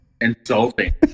insulting